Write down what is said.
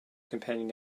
companion